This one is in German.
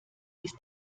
ist